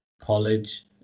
college